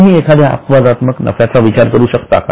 तुम्ही एखाद्या अपवादात्मक नफ्याच्या विचार करू शकता का